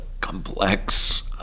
complex